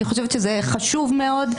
אני חושבת שזה חשוב מאוד.